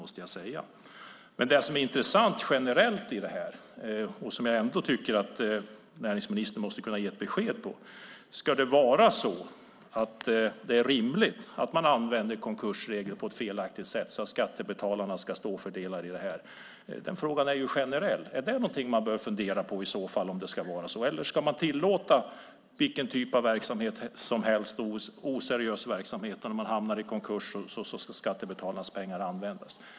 Det som är intressant, och som jag tycker att näringsministern måste kunna ge besked om, är om det är rimligt att man ska kunna använda konkursregler på ett felaktigt sätt så att skattebetalarna ska stå för kostnaderna. Den frågan är generell. Är det något man bör fundera på i så fall? Ska det vara så, eller ska man tillåta vilken typ av verksamhet som helst, oseriös verksamhet där någon gör en konkurs och skattebetalarnas pengar används?